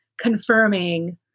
confirming